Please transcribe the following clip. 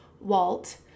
Walt